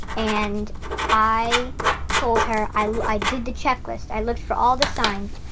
and i told her i i did the checklist. i looked for all the signs.